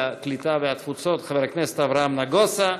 הקליטה והתפוצות חבר הכנסת אברהם נגוסה.